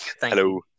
Hello